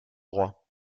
droit